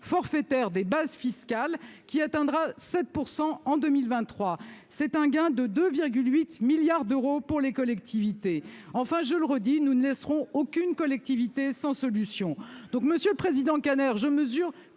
forfaitaire des bases fiscales, qui atteindra 7 % en 2023. Le gain est de 2,8 milliards d'euros pour les collectivités. Enfin, je le redis, nous ne laisserons aucune collectivité sans solution. Monsieur le président Kanner, je mesure